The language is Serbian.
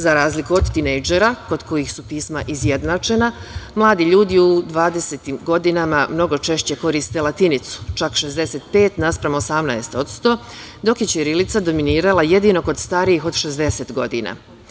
Za razliku od tinejdžera kod kojih su pisma izjednačena mladi ljudi u dvadesetim godinama mnogo češće koriste latinicu, čak 65% naspram 18%, dok je ćirilica dominirala jedino kod starijih od 60 godina.